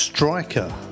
Striker